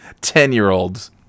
Ten-year-olds